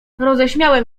roześmiałem